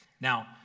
Now